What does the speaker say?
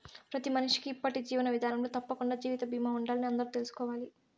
ప్రతి మనిషికీ ఇప్పటి జీవన విదానంలో తప్పకండా జీవిత బీమా ఉండాలని అందరూ తెల్సుకోవాలి